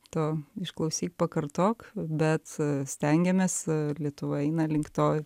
to išklausyk pakartok bet stengiamės lietuva eina link to